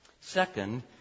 Second